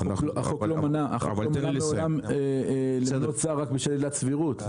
החוק לא מנע --- בשל עילת סבירות,